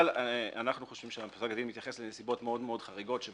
אבל אנחנו חושבים שפסק הדין מתייחס לנסיבות מאוד מאוד חריגות.